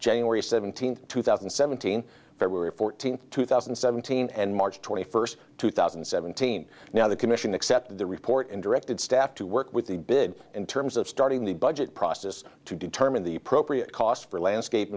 january seventeenth two thousand and seventeen february fourteenth two thousand and seventeen and march twenty first two thousand and seventeen now the commission accepted the report and directed staff to work with the bid in terms of starting the budget process to determine the appropriate cost for landscap